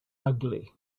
ugly